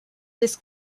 this